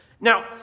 Now